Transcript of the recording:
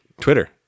Twitter